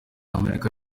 amerika